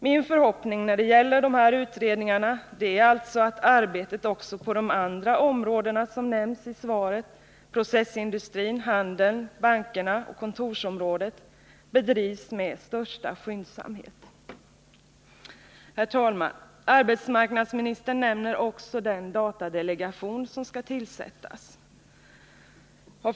Min förhoppning när det gäller dessa utredningar är alltså att arbetet också på de andra områden som nämns i svaret — processindustrin, handeln, bankerna och kontorsområdet — bedrivs med största skyndsamhet. Herr talman! Arbetsmarknadsministern nämner också den datadelegation som skall tillsättas.